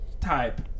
type